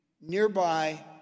nearby